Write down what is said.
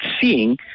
seeing